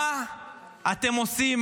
מה אתם עושים